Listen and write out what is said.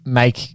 make